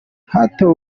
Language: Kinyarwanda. hatowe